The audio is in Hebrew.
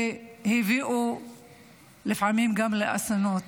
והביאו לפעמים גם לאסונות.